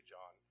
John